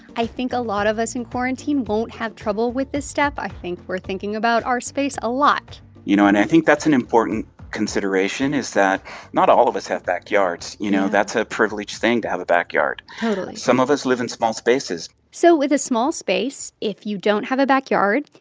i think a lot of us in quarantine won't have trouble with this step. i think we're thinking about our space a lot you know, and i think that's an important consideration is that not all of us have backyards. you know, that's a privileged thing to have a backyard totally some of us live in small spaces so with a small space, if you don't have a backyard,